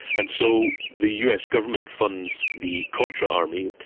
and so the us government funds the contra army.